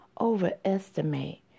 overestimate